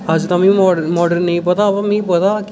अज्ज तां मिगी माडल माडल नेईं पता होग मीं पता कि